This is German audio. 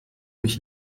mich